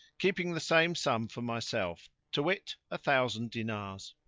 keeping the same sum for myself, to wit, a thousand diners.